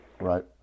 Right